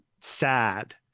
sad